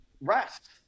Rest